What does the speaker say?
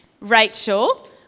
Rachel